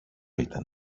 ήταν